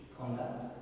conduct